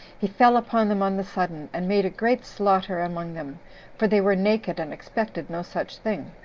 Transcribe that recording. he fell upon them on the sudden, and made a great slaughter among them for they were naked, and expected no such thing,